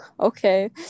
Okay